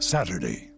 Saturday